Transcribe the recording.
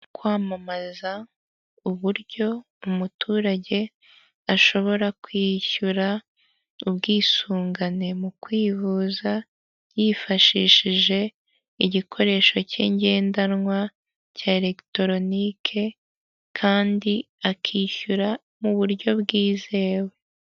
Kwamamaza uburyo umuturage ashobora kwishyura ubwisungane mu kwivuza yifashishije igikoresho cye ngendanwa cya elegitoronike kandi akishyura mu buryo bwizewe .